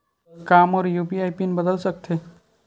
का मोर UPI PIN बदल सकथे?